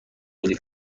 بودی